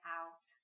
out